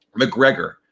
McGregor